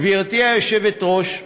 גברתי היושבת-ראש,